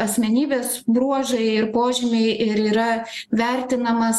asmenybės bruožai ir požymiai ir yra vertinamas